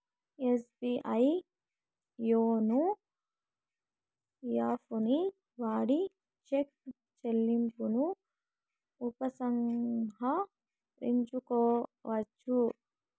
SBI YONO యాపుని వాడి చెక్కు చెల్లింపును ఉపసంహరించుకోవచ్చు